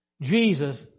Jesus